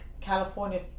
California